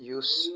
یُس